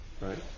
Right